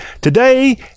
Today